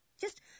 just